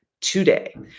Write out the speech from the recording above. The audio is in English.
today